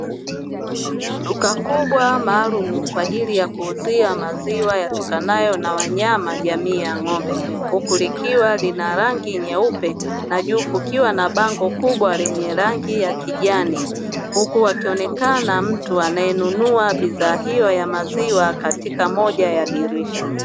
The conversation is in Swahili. Duka kubwa maalumu kwa ajili ya kuuzia maziwa yatokanayo na wanyama jamii ya ng’ombe huku likiwa lina rangi nyeupe na juu kukiwa na bango kubwa lenye rangi ya kijani, huku akionekana mtu mmoja anayenunua bidhaa hiyo ya maziwa katika moja ya dirisha.